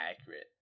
accurate